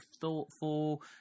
thoughtful